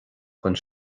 don